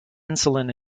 insulin